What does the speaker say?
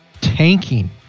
tanking